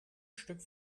stück